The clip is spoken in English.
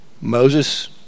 Moses